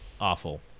awful